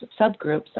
subgroups